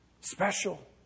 Special